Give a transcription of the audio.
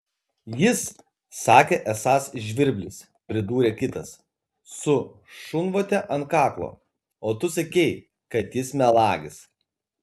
jis sakė esąs žvirblis pridūrė kitas su šunvote ant kaklo o tu sakei kad jis melagis